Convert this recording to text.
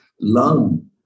lung